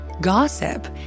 Gossip